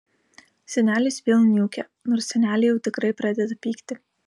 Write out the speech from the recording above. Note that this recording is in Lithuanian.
senelis vėl niūkia nors senelė jau tikrai pradeda pykti